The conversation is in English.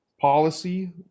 policy